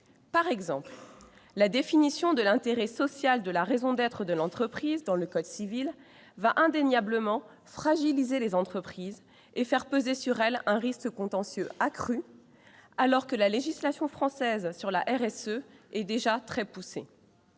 Par exemple, la définition de l'intérêt social et de la raison d'être de l'entreprise dans le code civil va indéniablement fragiliser les entreprises et faire peser sur elles un risque contentieux accru, alors que la législation française sur la responsabilité sociale